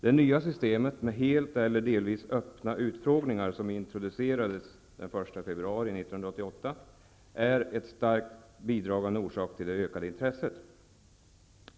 Det nya systemet med helt eller delvis öppna utfrågningar, som introducerades den 1 februari 1988, är en starkt bidragande orsak till det ökade intresset.